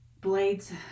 blades